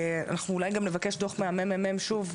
אולי נבקש דוח ממרכז המחקר והמידע של הכנסת שוב,